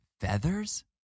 feathers